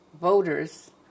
voters